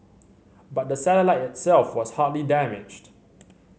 but the satellite itself was hardly damaged